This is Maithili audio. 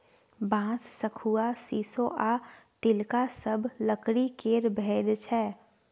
बांस, शखुआ, शीशो आ तिलका सब लकड़ी केर भेद छै